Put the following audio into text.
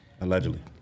Allegedly